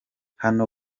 hano